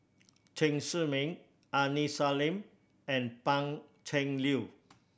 Chen Zhiming Aini Salim and Pan Cheng Lui